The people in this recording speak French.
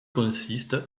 consiste